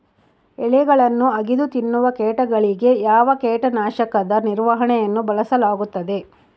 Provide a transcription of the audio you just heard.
ಎಲೆಗಳನ್ನು ಅಗಿದು ತಿನ್ನುವ ಕೇಟಗಳಿಗೆ ಯಾವ ಕೇಟನಾಶಕದ ನಿರ್ವಹಣೆಯನ್ನು ಬಳಸಲಾಗುತ್ತದೆ?